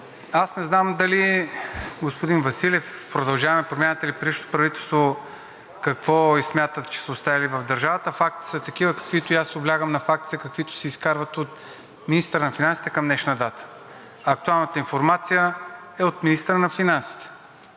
аз не знам дали господин Василев, „Продължаваме Промяната“ или предишното правителство какво смятат, че са оставили в държавата. Фактите са такива и аз се облягам на фактите, каквито се изкарват от министъра на финансите към днешна дата. Актуалната информация е от министъра на финансите.